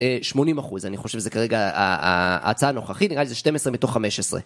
80 אחוז אני חושב זה כרגע ההצעה הנוכחית נראה לי שזה 12 מתוך 15